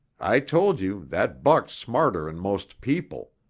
i told you that buck's smarter'n most people.